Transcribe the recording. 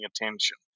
attention